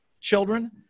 children